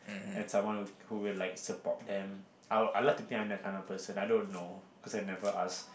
and someone who will like support them I'd I would like think that I'm that kind of person I don't know cause I never ask